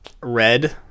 Red